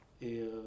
et